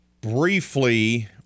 Briefly